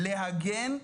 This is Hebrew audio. להגן,